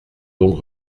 donc